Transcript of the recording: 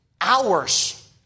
hours